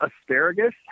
asparagus